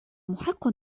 محق